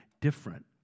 different